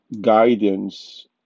guidance